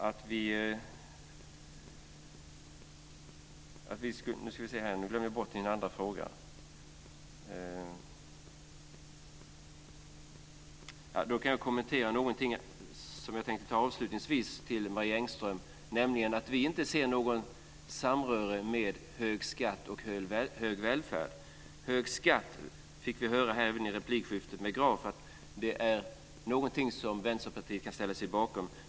Avslutningsvis vill jag säga till Marie Engström att vi inte ser något samröre mellan hög skatt och hög välfärd. I replikskiftet med Graf fick vi höra att hög skatt är någonting som Vänsterpartiet kan ställa sig bakom.